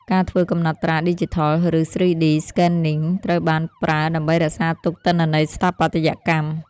ការធ្វើកំណត់ត្រាឌីជីថល (ឬ 3D Scanning) ត្រូវបានប្រើដើម្បីរក្សាទុកទិន្នន័យស្ថាបត្យកម្ម។